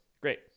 Great